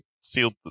sealed